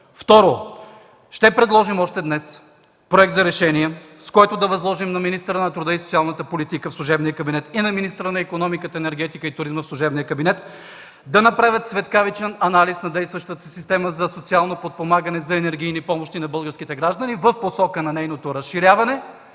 Второ, ще предложим още днес проект за решение, с което да възложим на министъра на труда и социалната политика в служебния кабинет и на министъра на икономиката, енергетиката и туризма в служебния кабинет да направят светкавичен анализ на действащата система за социално подпомагане за енергийни помощи на българските граждани в посока на нейното разширяване